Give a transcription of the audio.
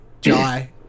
Jai